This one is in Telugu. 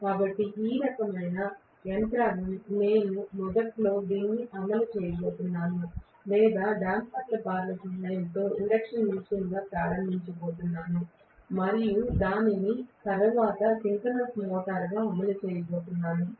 కాబట్టి ఈ రకమైన యంత్రాంగం నేను మొదట్లో దీన్ని అమలు చేయబోతున్నాను లేదా డేంపర్ బార్ల సహాయంతో ఇండక్షన్ మెషీన్గా ప్రారంభించబోతున్నాను మరియు నేను దానిని తరువాత సింక్రోనస్ మోటారుగా అమలు చేయబోతున్నాను